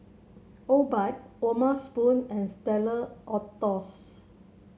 Obike O'ma Spoon and Stella Artois